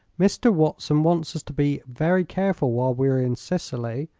mr. watson wants us to be very careful while we are in sicily,